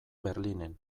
berlinen